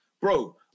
bro